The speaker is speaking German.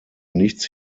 nichts